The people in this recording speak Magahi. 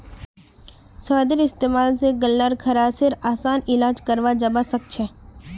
शहदेर इस्तेमाल स गल्लार खराशेर असान इलाज कराल जबा सखछे